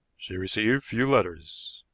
she received few letters.